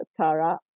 Tara